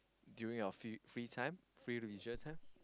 during your free free time free leisure time